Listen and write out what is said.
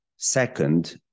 Second